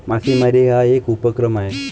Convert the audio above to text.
मासेमारी हा एक उपक्रम आहे